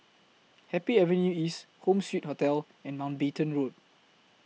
Happy Avenue East Home Suite Hotel and Mountbatten Road